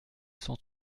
cent